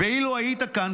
ואילו היית כאן,